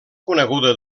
coneguda